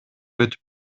өтүп